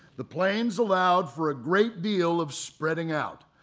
the plains allowed for a great deal of spreading out.